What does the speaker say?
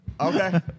okay